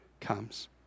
comes